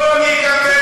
אבל זה לא נוסח החוק.